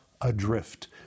adrift